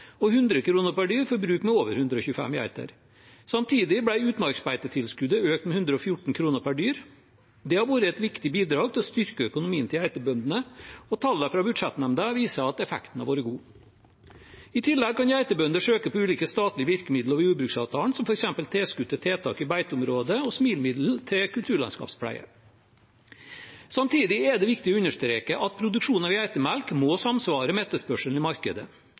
og 100 kr per dyr for bruk med over 125 geiter. Samtidig ble utmarksbeitetilskuddet økt med 114 kr per dyr. Det har vært et viktig bidrag til å styrke økonomien til geitebøndene, og tallene fra budsjettnemnda viser at effekten har vært god. I tillegg kan geitebønder søke på ulike statlige virkemidler over jordbruksavtalen, som f.eks. tilskudd til tiltak i beiteområder og SMIL-midler til kulturlandskapspleie. Samtidig er det viktig å understreke at produksjonen av geitemelk må samsvare med etterspørselen i markedet.